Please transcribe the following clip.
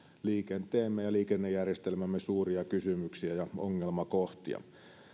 liikenteemme ja liikennejärjestelmämme suuria kysymyksiä ja ongelmakohtia